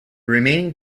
remaining